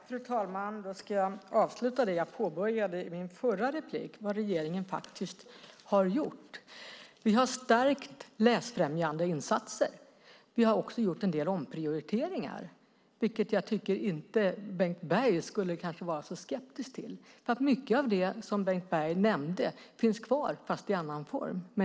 Fru talman! Jag ska avsluta det som jag påbörjade i min förra replik, redovisa vad regeringen faktiskt har gjort. Vi har stärkt de läsfrämjande insatserna. Vi har även gjort en del omprioriteringar, vilket jag kanske inte tycker att Bengt Berg skulle vara skeptisk till. Mycket av det som Bengt Berg nämnde finns kvar fast i annan form.